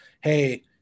Hey